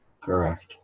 correct